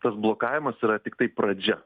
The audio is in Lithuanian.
tas blokavimas yra tiktai pradžia